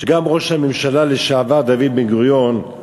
גם ראש הממשלה לשעבר דוד בן-גוריון,